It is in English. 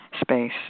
space